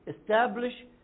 establish